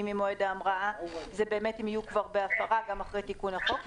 ממועד ההמראה זה באמת אם יהיו כבר בהפרה גם אחרי תיקון החוק,